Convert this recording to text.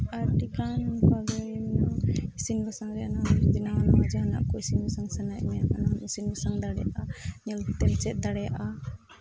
ᱟᱹᱰᱤᱜᱟᱱ ᱚᱱᱠᱟᱜᱮ ᱢᱮᱱᱜᱟᱼᱟ ᱤᱥᱤᱱᱼᱵᱟᱥᱟᱝ ᱨᱮᱭᱟᱜ ᱱᱟᱣᱟᱼᱱᱟᱣᱟ ᱡᱟᱦᱟᱱᱟᱜ ᱠᱚ ᱤᱥᱤᱱᱼᱵᱟᱥᱟᱝ ᱥᱟᱱᱟᱭᱮᱫ ᱢᱮᱭᱟ ᱚᱱᱟᱦᱚᱢ ᱤᱥᱤᱱᱼᱵᱟᱥᱟᱝ ᱫᱟᱲᱮᱭᱟᱜᱼᱟ ᱧᱮᱞᱛᱮᱢ ᱪᱮᱫ ᱫᱟᱲᱮᱭᱟᱜᱼᱟ